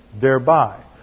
thereby